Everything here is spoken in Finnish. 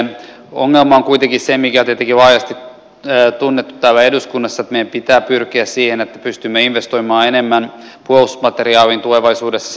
ongelma on kuitenkin se mikä tietenkin on laajasti tunnettu täällä eduskunnassa että meidän pitää pyrkiä siihen että pystymme investoimaan enemmän puolustusmateriaaliin tulevaisuudessa